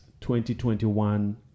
2021